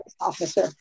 officer